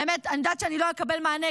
האמת היא שאני יודעת שאני לא אקבל מענה.